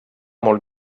molt